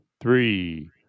three